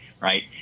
Right